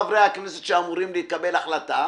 חברי הכנסת שאמורים לקבל החלטה,